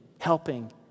helping